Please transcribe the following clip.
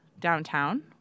downtown